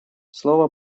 слово